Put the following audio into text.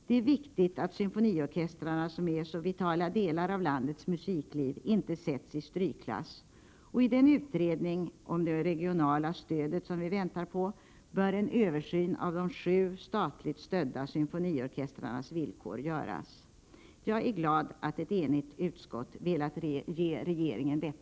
Det är viktigt att symfoniorkestrarna som är så vitala delar av landets musikliv inte sätts i strykklass, och i den utredning om det regionala Prot. 1987/88:105 stödet som vi väntar på bör en översyn av de sju statligt stödda symfoniorke 21 april 1988 strarnas villkor göras. Jag är glad att ett enigt utskott velat föreslå att